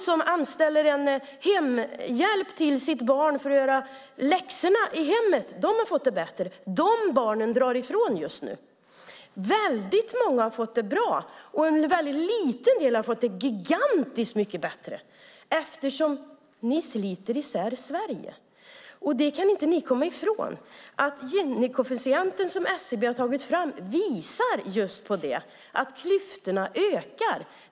De som anställer en hemhjälp till sitt barn för att göra läxorna i hemmet har fått det bättre. De barnen drar ifrån just nu. Väldigt många har fått det bra, och en mycket liten del har fått det gigantiskt mycket bättre eftersom ni sliter isär Sverige. Det kan ni inte komma ifrån. Gini-koefficienten, som SCB har tagit fram, visar på att klyftorna ökar.